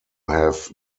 have